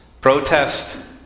protest